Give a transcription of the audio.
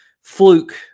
fluke